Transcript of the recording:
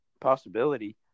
possibility